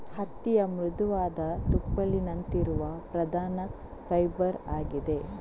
ಹತ್ತಿಯ ಮೃದುವಾದ ತುಪ್ಪಳಿನಂತಿರುವ ಪ್ರಧಾನ ಫೈಬರ್ ಆಗಿದೆ